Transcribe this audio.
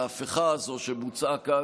ההפיכה הזו שבוצעה כאן,